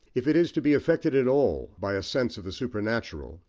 if it is to be affected at all by a sense of the supernatural,